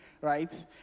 right